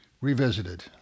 Revisited